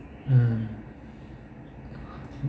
mm